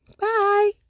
Bye